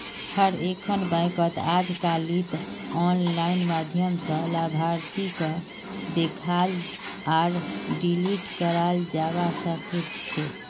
हर एकखन बैंकत अजकालित आनलाइन माध्यम स लाभार्थीक देखाल आर डिलीट कराल जाबा सकेछे